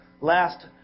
last